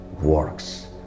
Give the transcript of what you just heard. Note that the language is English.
works